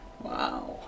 wow